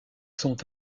sont